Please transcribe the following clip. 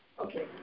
Okay